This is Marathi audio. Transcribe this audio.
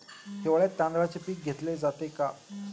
हिवाळ्यात तांदळाचे पीक घेतले जाते का?